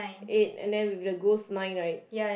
eight and then with the ghost nine right